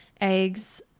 eggs